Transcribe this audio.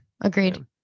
agreed